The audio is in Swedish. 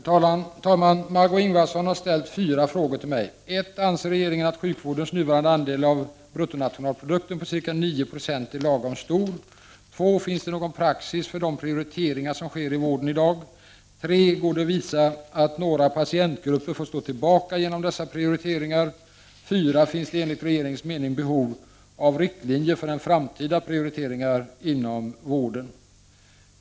Herr talman! Anser regeringen att sjukvårdens nuvarande andel av BNP på ca 9 96 är lagom stor? 2. Finns det någon praxis för de prioriteringar som sker i vården i dag? 3. Går det att påvisa att några patientgrupper får stå tillbaka genom dess prioriteringar? 4. Finns det, enligt regeringens mening, behov av riktlinjer för framtida prioriteringar inom vården?